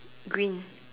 green